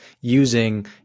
using